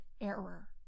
error